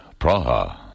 Praha